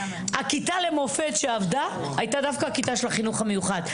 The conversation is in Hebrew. הכיתה למופת שעבדה הייתה דווקא הכיתה של החינוך המיוחד.